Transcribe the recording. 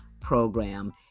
program